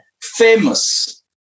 famous